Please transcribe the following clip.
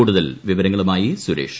കൂടുതൽ വിവരങ്ങളുമായി സുരേഷ്